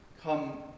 Come